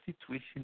situation